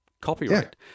copyright